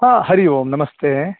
हा हरि ओं नमस्ते